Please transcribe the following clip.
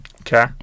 Okay